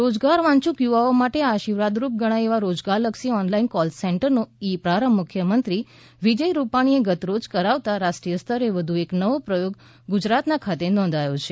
રોજગાર વાંચ્છુ યુવાઓ માટે આશીર્વાદ રૂપ ગણાય એવા રોજગારલક્ષી ઓનલાઇન કોલ સેન્ટર નો ઈ પ્રારંભ મુખ્યમંત્રી વિજય રૂપાણીએ આજરોજ કરાવતા રાષ્ટ્રીય સ્તરે વધુ એક નવો પ્રથોગ ગુજરાતના ખાતે નોંધાથો છે